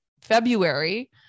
February